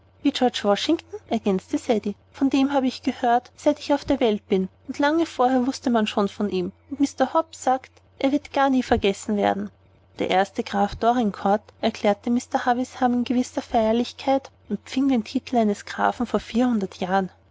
ergänzte ceddie von dem habe ich gehört seit ich auf der welt bin und lange vorher wußte man schon von ihm und mr hobbs sagt er wird gar nie vergessen werden der erste graf dorincourt erklärte mr havisham mit einer gewissen feierlichkeit empfing den titel eines grafen vor vierhundert jahren